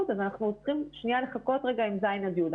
אז אנחנו צריכים לחכות רגע עם ז' עד י'.